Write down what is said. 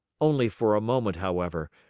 only for a moment, however,